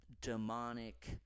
demonic